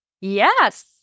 Yes